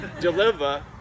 deliver